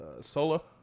Solo